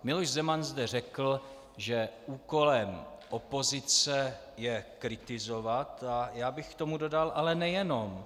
Miloš Zeman zde řekl, že úkolem opozice je kritizovat a já bych k tomu dodal: ale nejenom!